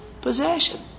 possession